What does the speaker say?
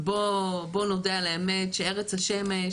ובוא נודה על האמת שארץ השמש,